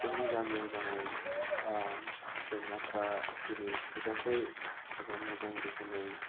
जोंनि गामियाव जानाय जेंनाफोरा दिनै थोजासे एबा मोजां रोखोमै